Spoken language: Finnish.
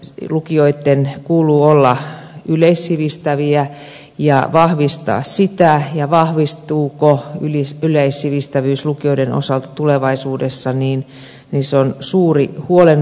lukioitten kuuluu olla yleissivistäviä ja vahvistaa sitä ja vahvistuuko yleissivistävyys lukioiden osalta tulevaisuudessa on suuri huolenaihe